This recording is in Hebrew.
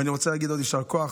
ואני רוצה להגיד עוד יישר כוח,